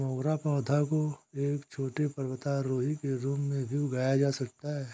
मोगरा पौधा को एक छोटे पर्वतारोही के रूप में भी उगाया जा सकता है